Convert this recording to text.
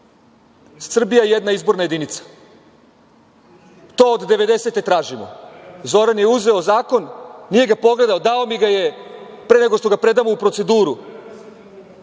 Srbija je jedna izborna jedinica. To od devedesete tražimo. Zoran je uzeo zakon, nije ga pogledao, da mi ga je pre nego što predamo u proceduru